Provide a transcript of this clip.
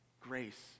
grace